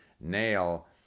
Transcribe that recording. nail